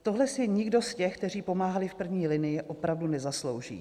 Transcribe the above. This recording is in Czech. Tohle si nikdo z těch, kteří pomáhali v první linii, opravdu nezaslouží.